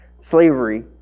slavery